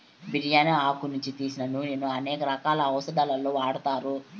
బిర్యాని ఆకు నుంచి తీసిన నూనెను అనేక రకాల ఔషదాలలో వాడతారు